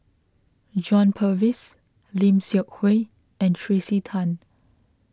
John Purvis Lim Seok Hui and Tracey Tan